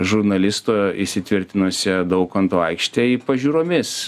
žurnalisto įsitvirtinusio daukanto aikštėj pažiūromis